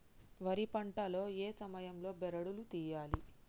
వరి పంట లో ఏ సమయం లో బెరడు లు తియ్యాలి?